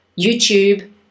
YouTube